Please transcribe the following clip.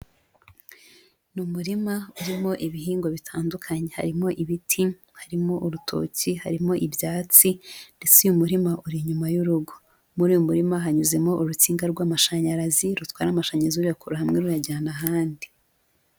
Ni umurima urimo ibihingwa bitandukanye, harimo ibiti, harimo urutoki, harimo ibyatsi ndetse uyu murima uri inyuma y'urugo, muri uyu murima hanyuzemo urutsinga rw'amashanyarazi rutwara amashanyarazi ruyakura hamwe ruyajyana ahandi.